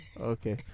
Okay